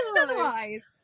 otherwise